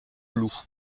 loups